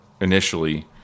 initially